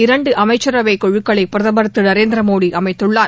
இரண்டு அமைச்சரவை குழுக்களை பிரதம் திரு நரேந்திர மோடி அமைத்துள்ளார்